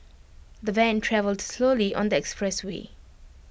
the van travelled slowly on the expressway